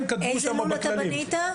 איזה לול אתה בנית?